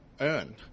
earn